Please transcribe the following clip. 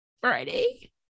Friday